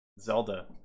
Zelda